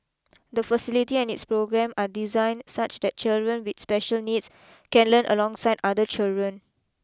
the facility and its programme are designed such that children with special needs can learn alongside other children